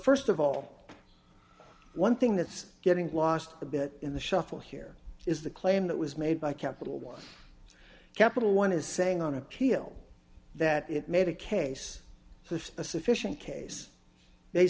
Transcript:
so st of all one thing that's getting lost a bit in the shuffle here is the claim that was made by capital one capital one is saying on appeal that it made a case for a sufficient case they